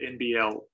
nbl